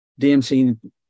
DMC